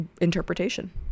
interpretation